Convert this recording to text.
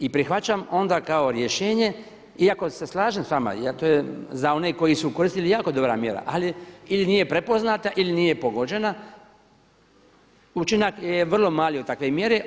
I prihvaćam onda kao rješenje iako se slažem s vama, to je za one koji su koristili jako dobra mjera, ali ili nije prepoznata ili nije pogođena, učinak je vrlo mali od takve mjere.